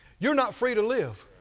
you're not free to live.